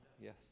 Yes